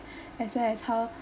as well as how